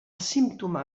símptoma